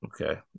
Okay